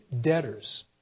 debtors